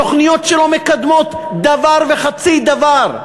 תוכניות שלא מקדמות דבר וחצי דבר.